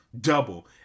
double